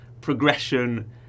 progression